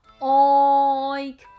Oink